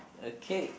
okay